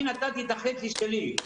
אני נתתי את החצי שלי.